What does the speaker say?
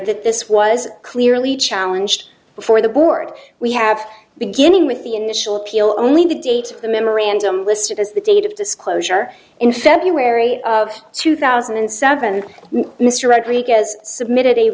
that this was clearly challenge before the board we have beginning with the initial appeal only to date the memorandum listed as the date of disclosure in february of two thousand and seven mr rodriguez submitted a